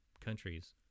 countries